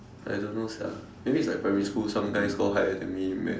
I don't know sia maybe if I primary school some guy score higher than me in math